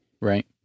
Right